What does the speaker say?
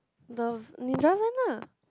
the Ninja men lah